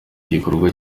igikorwa